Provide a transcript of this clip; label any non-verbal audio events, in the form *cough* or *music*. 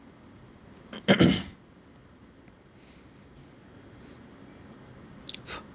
*coughs* *breath*